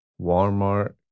Walmart